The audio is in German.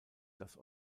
das